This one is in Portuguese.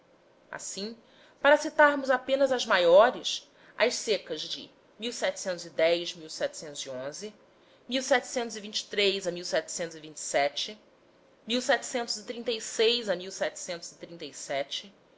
assim para citarmos apenas as maiores as secas de